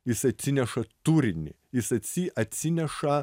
jis atsineša turinį jis atsi atsineša